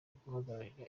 guhagararira